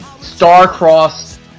Star-crossed